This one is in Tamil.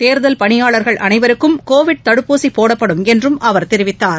தேர்தல் பணியாளர்கள் அனைவருக்கும் கோவிட் தடுப்பூசி போடப்படும் என்று அவர் தெரிவித்தார்